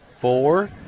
four